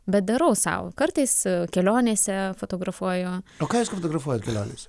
bet darau sau kartais kelionėse fotografuoju o ką jūs fotografuojat kelionėse